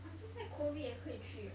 现在 COVID 也可以去 ah